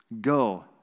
go